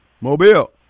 Mobile